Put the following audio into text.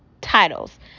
titles